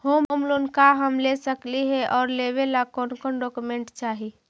Home loan का हम ले सकली हे, और लेने ला कोन कोन डोकोमेंट चाही?